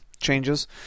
changes